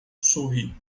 sorri